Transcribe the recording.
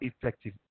effective